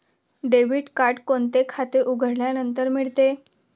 Debit card कोणते खाते उघडल्यानंतर मिळते?